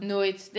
Nooit